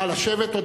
(חברי הכנסת מכבדים בקימה את צאת נשיא המדינה מאולם המליאה.) נא לשבת.